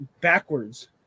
backwards